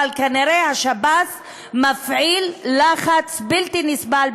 אבל כנראה השב"ס מפעיל לחץ בלתי נסבל,